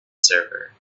server